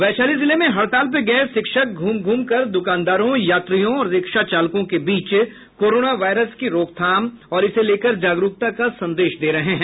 वैशाली जिले में हड़ताल पर गये शिक्षक घूम घूम कर द्रकानदारों यात्रियों और रिक्शा चालकों के बीच कोरोना वायरस की रोकथाम और इसे लेकर जागरूकता का संदेश दे रहे हैं